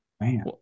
Man